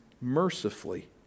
mercifully